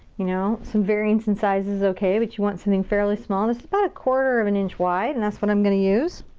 you know, some variance in size is ok, but you want something fairly small. this is about a quarter of an inch wide, and that's what i'm gonna use.